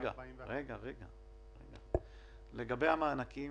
לגבי המענקים